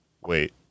wait